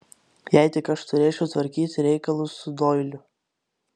jei tik aš turėčiau tvarkyti reikalus su doiliu